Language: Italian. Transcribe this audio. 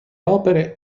opere